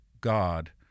God